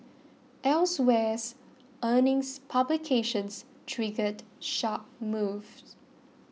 elsewhere earnings publications triggered sharp moves